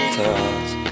thoughts